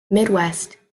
midwest